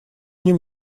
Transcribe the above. ним